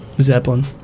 Zeppelin